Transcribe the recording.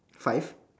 five